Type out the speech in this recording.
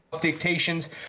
dictations